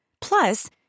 Plus